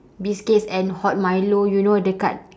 biscuits and hot milo you know dekat